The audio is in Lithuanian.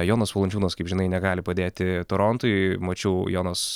jonas valančiūnas kaip žinai negali padėti torontui mačiau jonas